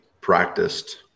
practiced